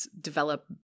develop